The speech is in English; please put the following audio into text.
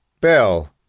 Bell